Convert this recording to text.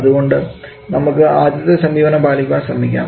അതുകൊണ്ട് നമുക്ക് ആദ്യത്തെ സമീപനം പാലിക്കുവാൻ ശ്രമിക്കാം